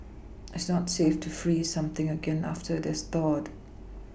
it's not safe to freeze something again after that thawed